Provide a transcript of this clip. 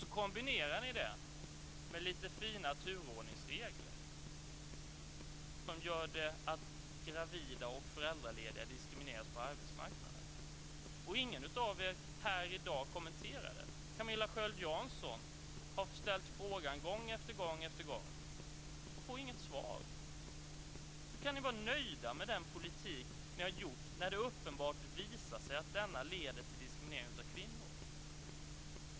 Ni kombinerar det med lite fina turordningsregler som gör att gravida och föräldralediga diskrimineras på arbetsmarknaden. Ingen av er här i dag vill kommentera det. Camilla Sköld Jansson har ställt frågan gång efter gång och får inget svar. Hur kan ni vara nöjda med den politik ni har drivit när det uppenbart visar sig att den leder till diskriminering av kvinnor?